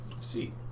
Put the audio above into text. see